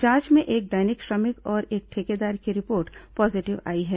जांच में एक दैनिक श्रमिक और एक ठेकेदार की रिपोर्ट पॉजीटिव आई है